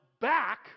back